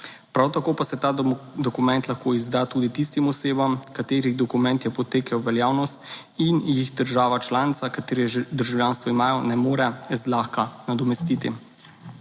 prav tako pa se ta dokument lahko izda tudi tistim osebam, katerih dokument je potekel veljavnost in jih država članica, katere državljanstvo imajo, ne more zlahka nadomestiti.